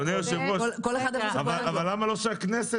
אדוני היושב ראש, למה שלא הכנסת תאשר?